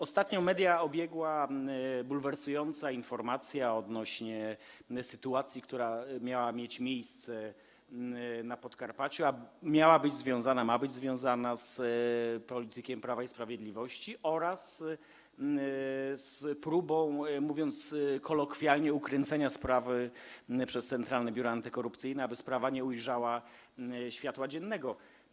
Ostatnio media obiegła bulwersująca informacja odnośnie do sytuacji, która miała mieć miejsce na Podkarpaciu, a ma być związana z politykiem Prawa i Sprawiedliwości oraz z próbą, mówiąc kolokwialnie, ukręcenia sprawy przez Centralne Biuro Antykorupcyjne, aby nie ujrzała ona światła dziennego.